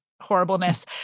horribleness